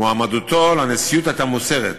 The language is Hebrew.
מועמדותו לנשיאות הייתה מוסרת.